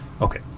Okay